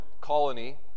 colony